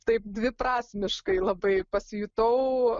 taip dviprasmiškai labai pasijutau